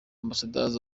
ambassadors